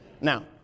Now